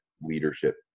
leadership